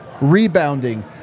rebounding